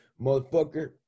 Motherfucker